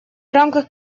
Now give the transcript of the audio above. рамках